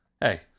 Hey